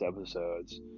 episodes